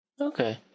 Okay